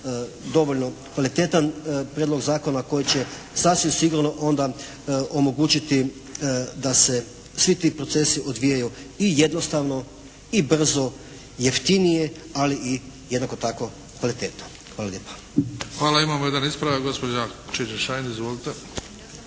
dovoljno kvalitetan prijedlog zakona koji će sasvim sigurno onda omogućiti da se svi ti procesi odvijaju i jednostavno i brzo, jeftinije, ali i jednako tako kvalitetno. Hvala lijepa. **Bebić, Luka (HDZ)**